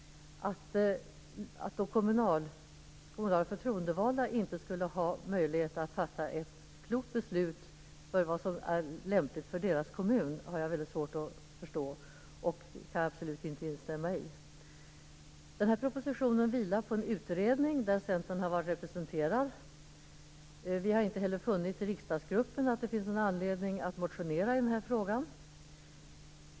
Att de kommunalt förtroendevalda inte skulle ha möjlighet att fatta ett klokt beslut om vad som är lämpligt för deras kommuner har jag väldigt svårt att förstå. Det kan jag absolut inte instämma i. Denna proposition vilar på en utredning, i vilken Centern har varit representerad. Vi har inte heller i riksdagsgruppen funnit någon anledning att motionera i frågan.